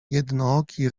jednooki